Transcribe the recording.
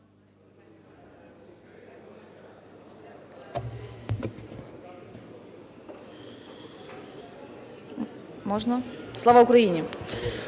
Слава Україні!